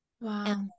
Wow